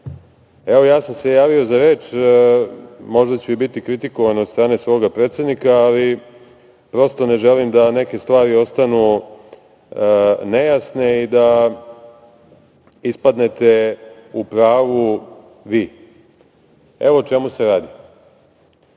ali ja sam se javio za reč. Možda ću i biti kritikovan od strane svog predsednika, ali prosto ne želim da neke stvari ostanu nejasne i da ispadnete u pravu vi. Evo o čemu se radi. Želim